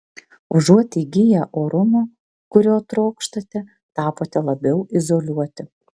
užuot įgiję orumo kurio trokštate tapote labiau izoliuoti